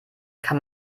kann